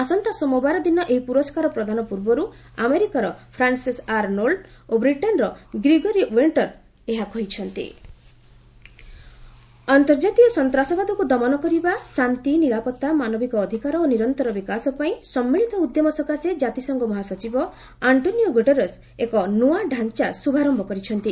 ଆସନ୍ତା ସୋମବାର ଦିନ ଏହି ପୁରସ୍କାର ପ୍ରଦାନ ପୂର୍ବରୁ ଆମେରିକାର ଫ୍ରାନ୍ସେସ୍ ଆରନୋଲ୍ଡ ଓ ବ୍ରିଟେନର ଗ୍ରିଗୋରୀ ୱିଷ୍କର ଏହା କହିଛନ୍ତି ୟୁଏନ ଇକ୍ଷରନ୍ୟାସନାଲ ଟୁରିକିମ୍ ଅର୍ନ୍ତଜାତୀୟ ସନ୍ତାସବାଦୀକୁ ଦମନ କରିବା ଶାନ୍ତି ନିରାପତ୍ତା ମାନବିକ ଅଧିକାର ଓ ନିରନ୍ତର ବିକାଶ ପାଇଁ ସମ୍ମିଳିତ ଉଦ୍ୟମ ସକାଶେ ଜାତିସଂଘ ମହାସଚିବ ଆଣ୍ଟ୍ରୋନିଓ ଗୁଟେରସ୍ ଏକ ନୂଆ ତାଞ୍ଚା ଶୁଭାରୟ କରିଛନ୍ତି